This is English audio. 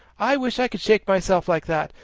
i wish i could shake myself like that.